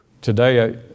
Today